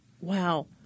Wow